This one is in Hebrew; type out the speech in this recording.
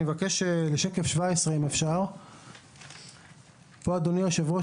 אני מבקש לעבור לשקף 17. כאן אדוני היושב ראש,